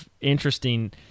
interesting